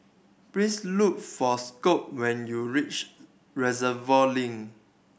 please look for Scot when you reach Reservoir Link